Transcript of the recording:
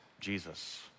Jesus